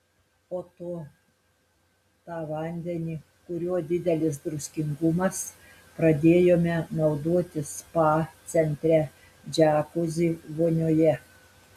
po to tą vandenį kurio didelis druskingumas pradėjome naudoti spa centre džiakuzi vonioje